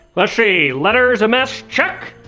let's see. letters a mess. check!